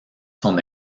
son